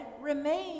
remain